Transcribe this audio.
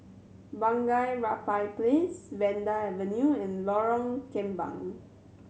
Bunga Rampai Place Vanda Avenue and Lorong Kembang